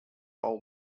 pow